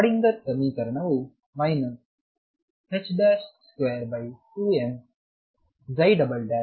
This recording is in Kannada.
ಶ್ರೋಡಿಂಗರ್ ಸಮೀಕರಣವು 22m12m2x2Eψ ಆಗಿದೆ